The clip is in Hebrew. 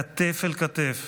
כתף אל כתף,